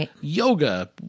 Yoga